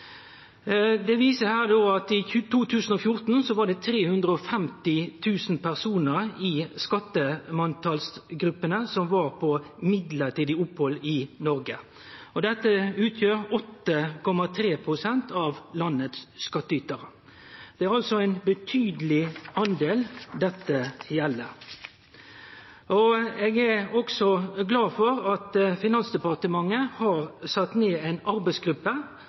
I 2014 var det 350 000 personar i skattemanntalsgruppene som hadde mellombels opphald i Noreg. Dette utgjer 8,3 pst. av landets skattytarar. Det er altså ein betydeleg del dette gjeld. Eg er glad for at Finansdepartementet har sett ned ei arbeidsgruppe